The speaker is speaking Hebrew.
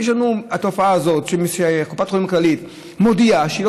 יש לנו את התופעה הזאת שקופת כללית מודיעה שהיא